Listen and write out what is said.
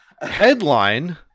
Headline